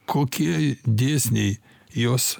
kokie dėsniai juos